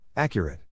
Accurate